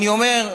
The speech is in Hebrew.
אני אומר,